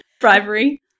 Bribery